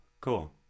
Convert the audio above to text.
Cool